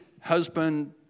husband